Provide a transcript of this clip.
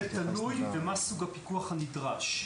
תלוי מה סוג הפיקוח הנדרש.